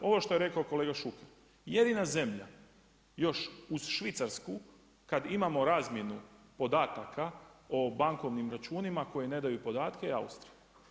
Ovo što je rekao kolega Šuker, jedina Zemlja, još uz Švicarsku kada imamo razmjenu podataka o bankovnim računima koji ne daju podatke Austriji.